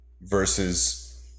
versus